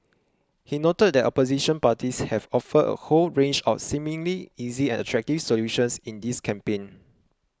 he noted that opposition parties have offered a whole range of seemingly easy and attractive solutions in this campaign